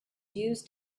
used